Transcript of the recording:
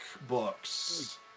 books